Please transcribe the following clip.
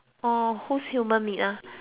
orh whose human meat ah